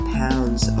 pounds